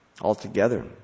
altogether